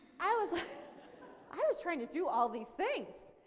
i was like i was trying to do all these things.